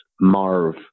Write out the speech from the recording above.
Marv